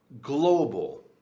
global